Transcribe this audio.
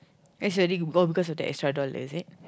that's very oh because of that extra dollar is it